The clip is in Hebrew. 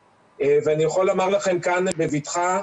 ואני יכול לומר לכם כאן בבטחה,